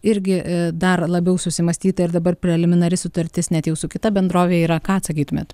irgi dar labiau susimąstyta ir dabar preliminari sutartis ne tik su kita bendrove yra ką atsakytumėt